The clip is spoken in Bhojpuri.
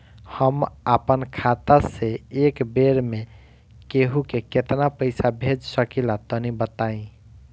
हम आपन खाता से एक बेर मे केंहू के केतना पईसा भेज सकिला तनि बताईं?